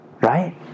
Right